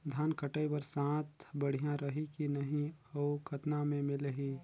धान कटाई बर साथ बढ़िया रही की नहीं अउ कतना मे मिलही?